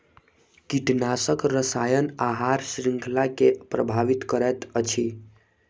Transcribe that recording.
कीटनाशक रसायन आहार श्रृंखला के प्रभावित करैत अछि